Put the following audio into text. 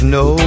no